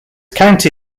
county